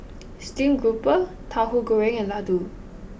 Steamed Grouper Tauhu Goreng and Laddu